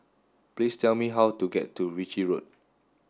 please tell me how to get to Ritchie Road